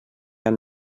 han